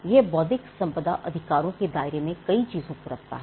यह बौद्धिक संपदा अधिकारों के दायरे में कई चीजों को रखता है